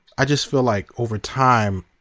i just feel like over time,